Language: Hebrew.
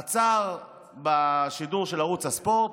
עצר בשידור של ערוץ הספורט,